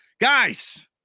guys